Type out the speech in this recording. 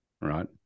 right